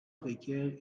précaire